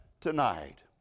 tonight